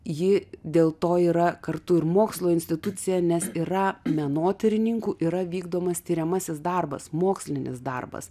ji dėl to yra kartu ir mokslo institucija nes yra menotyrininkų yra vykdomas tiriamasis darbas mokslinis darbas